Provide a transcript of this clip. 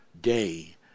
day